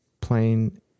plain